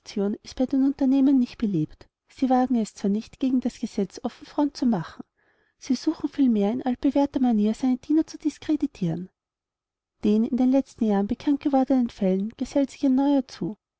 ist bei den unternehmern nicht beliebt sie wagen es zwar nicht gegen das gesetz offen front zu machen sie suchen vielmehr in altbewährter manier seine diener zu diskreditieren den in den letzten jahren bekanntgewordenen fällen gesellt sich ein neuer zu